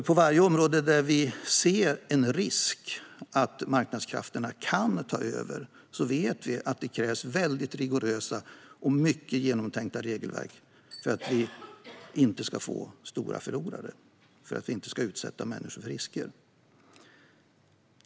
På varje område där vi ser en risk för att marknadskrafterna kan ta över vet vi att det krävs rigorösa och väl genomtänkta regelverk för att vi inte ska få stora förlorare och utsätta människor för risker.